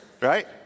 right